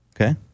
Okay